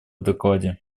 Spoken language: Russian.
докладе